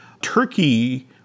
turkey